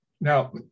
Now